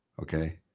okay